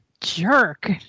jerk